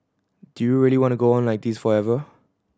do you really want to go on like this forever